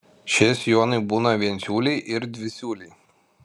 šie sijonai būna viensiūliai ir dvisiūliai